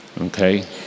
okay